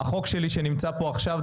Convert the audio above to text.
החוק שלי שנמצא פה עכשיו,